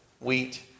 wheat